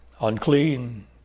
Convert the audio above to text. unclean